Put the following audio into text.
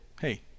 hey